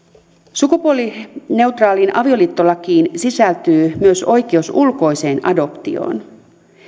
sukupuolineutraaliin avioliittolakiin sisältyy myös oikeus ulkoiseen adoptioon